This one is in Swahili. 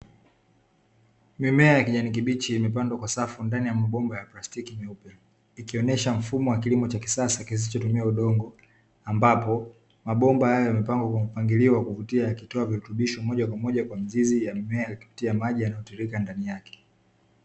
Mimea ya kijani kibichi imepandwa kwa safu ndani ya mabomba ya plastiki nyeupe, ikionyesha mfumo wa kilimo cha kisasa kisichotumia udongo, ambapo mabomba haya yamepangwa kwa mpangilio wa kuvutia yakitoa virutubisho moja kwa moja kwa mizizi ya mimea kupitia maji yanayotiririka ndani yake.